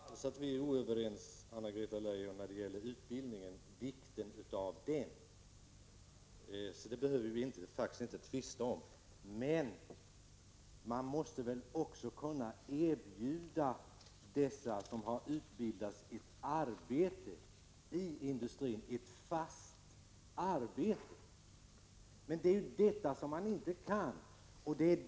Herr talman! Jag tror inte alls att vi är oense, Anna-Greta Leijon, när det gäller vikten av utbildning. Vi behöver därför inte tvista om den. Men man måste väl också kunna erbjuda människor som har utbildats till ett yrke ett fast arbete. Men det är detta man inte kan göra.